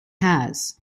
has